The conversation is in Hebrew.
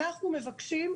אנחנו מבקשים,